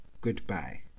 goodbye